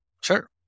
Sure